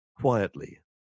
quietly